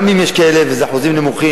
גם אם יש כאלה, זה אחוזים נמוכים.